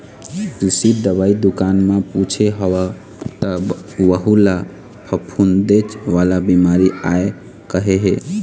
कृषि दवई दुकान म पूछे हव त वहूँ ल फफूंदेच वाला बिमारी आय कहे हे